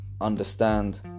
Understand